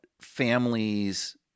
families